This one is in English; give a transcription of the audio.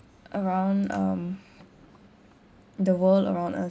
around um the world around us